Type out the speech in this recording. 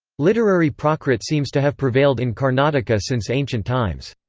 literary prakrit seems to have prevailed in karnataka since ancient times.